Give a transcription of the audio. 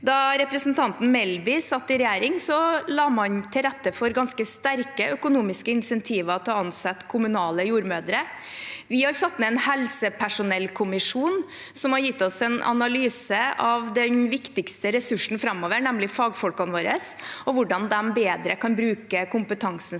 Da representanten Melby satt i regjering, la man til rette for ganske sterke økonomiske insentiver til å ansette kommunale jordmødre. Vi har satt ned en helsepersonellkommisjon som har gitt oss en analyse av den viktigste ressursen framover, nemlig fagfolkene våre, og hvordan de bedre kan bruke kompetansen sin.